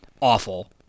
Awful